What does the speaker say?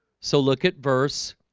so look at verse